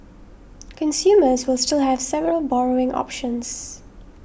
consumers will still have several borrowing options